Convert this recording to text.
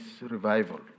revival